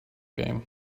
game